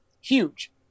Huge